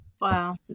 Wow